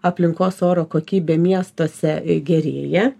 aplinkos oro kokybė miestuose gerėja